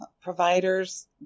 providers